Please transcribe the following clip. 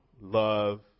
love